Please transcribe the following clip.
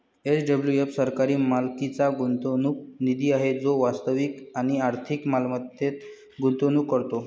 SWF सरकारी मालकीचा गुंतवणूक निधी आहे जो वास्तविक आणि आर्थिक मालमत्तेत गुंतवणूक करतो